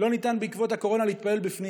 כי לא ניתן להתפלל בפנים